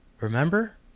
remember